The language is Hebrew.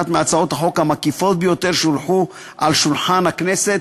היא אחת מהצעות החוק המקיפות ביותר שהונחו על שולחן הכנסת,